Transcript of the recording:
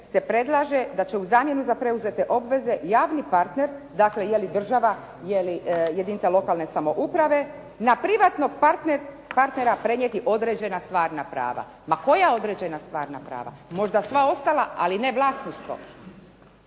se predlaže da će u zamjenu za preuzete obveze javni partner, dakle je li država, je li jedinica lokalne samouprave na privatnog partnera prenijeti određena stvarna prava. Ma koja određena stvarna prava. Možda sva ostala, ali ne vlasništvo.